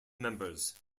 members